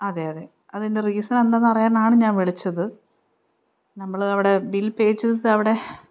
അതെ അതെ അതിൻ്റെ റീസൺ എന്താണെന്നറിയാനാണ് ഞാൻ വിളിച്ചത് നമ്മൾ അവിടെ ബിൽ പേ ചെയ്തത് അവിടെ